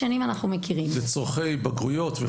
לצורכי בגרויות וכו'?